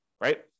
right